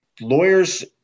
lawyers